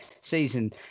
season